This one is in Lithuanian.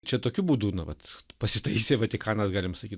čia tokiu būdu na vat pasitaisė vatikanas galim sakyt